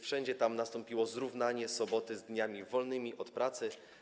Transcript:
Wszędzie tam nastąpiło zrównanie soboty z dniami wolnymi od pracy.